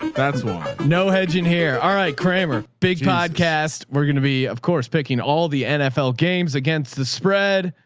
um that's why no hedging here. all right, kramer, big podcast. we're going to be of course picking all the nfl games against the spread.